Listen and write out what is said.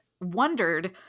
wondered